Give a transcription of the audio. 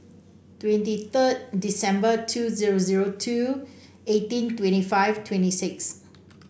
twenty third December two zero zero two eighteen twenty five twenty six